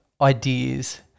ideas